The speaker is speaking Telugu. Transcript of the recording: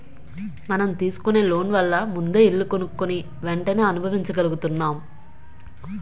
మనం తీసుకునే లోన్ వల్ల ముందే ఇల్లు కొనుక్కుని వెంటనే అనుభవించగలుగుతున్నాం